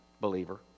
believer